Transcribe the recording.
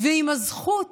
ועם הזכות